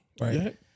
Right